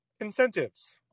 incentives